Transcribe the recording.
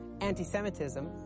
anti-Semitism